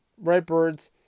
Redbirds